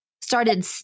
started